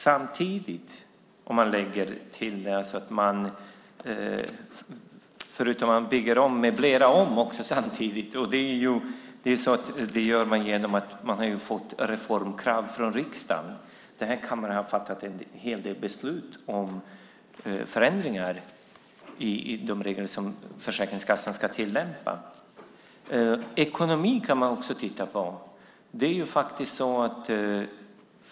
Samtidigt bygger man om och möblerar om, och det gör man för att man fått reformkrav från riksdagen. Den här kammaren har fattat en hel del beslut om förändringar i de regler som Försäkringskassan ska tillämpa. Ekonomin kan man också titta på.